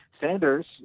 Sanders